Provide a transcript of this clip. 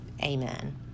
amen